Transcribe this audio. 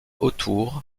autour